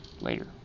later